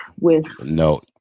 No